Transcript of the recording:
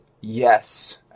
yes